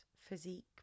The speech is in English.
physique